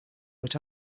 but